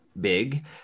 big